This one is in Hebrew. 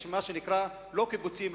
יש בנגב מה שנקרא לא קיבוצים,